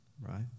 right